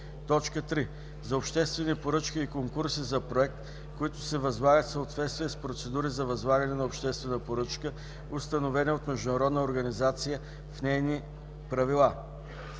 3. за обществени поръчки и конкурси за проект, които се възлагат в съответствие с процедури за възлагане на обществена поръчка, установени от международна организация в нейни правила;